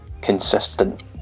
consistent